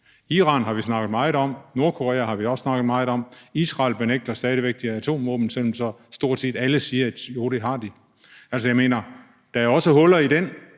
Iran har vi snakket meget om, Nordkorea har vi også snakket meget om, Israel benægter stadig væk, at de har atomvåben, selv om stort set alle siger, at det har de. Altså, der er også huller i NPT.